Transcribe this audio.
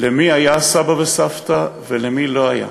למי היו סבא וסבתא ולמי לא היו.